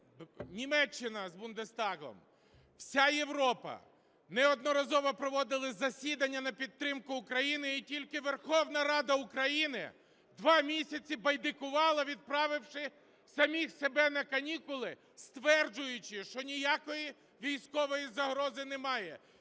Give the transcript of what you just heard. Німеччина з Бундестагом – вся Європа, неодноразово проводили засідання на підтримку України, і тільки Верховна Рада України два місяці байдикувала, відправивши самих себе на канікули, стверджуючи, що ніякої військової загрози немає.